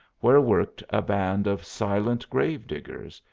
where worked a band of silent grave-diggers,